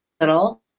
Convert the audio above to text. little